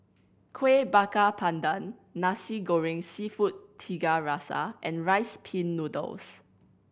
Kueh Bakar Pandan Nasi Goreng Seafood Tiga Rasa and Rice Pin Noodles